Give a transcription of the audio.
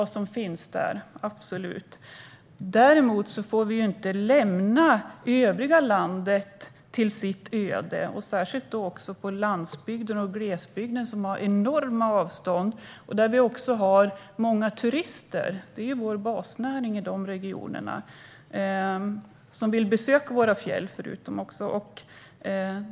Däremot får vi inte lämna övriga landet åt sitt öde, särskilt inte landsbygden och glesbygden. Där råder enorma avstånd, och där finns många turister som vill besöka fjällen. Det är basnäringen i de regionerna.